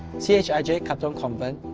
yeah chij katong convent,